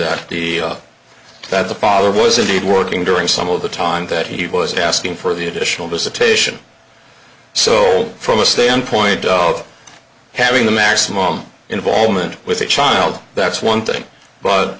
that the father was indeed working during some of the time that he was asking for the additional visitation so from a standpoint of having the maximum involvement with the child that's one thing but